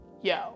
Yo